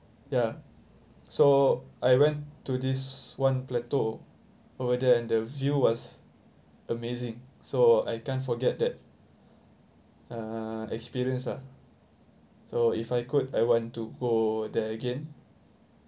ya so I went to this one plateau over there and the view was amazing so I can't forget that uh experience lah so if I could I want to go there again